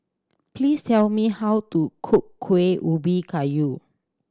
please tell me how to cook Kueh Ubi Kayu